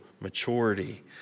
maturity